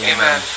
Amen